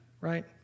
right